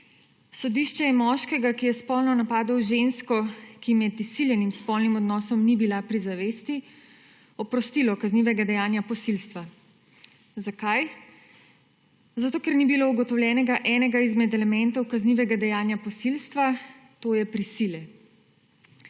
Sodišče je moškega, ki je spolno napadel žensko, ki je med izsiljenim spolnim odnosom ni bila pri zavesti, oprostilo kaznivega dejanja posilstva. Zakaj? Zato, ker ni bilo ugotovljenega enega izmed elementov kaznivega dejanja posilstva, to je prisile.